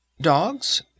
Dogs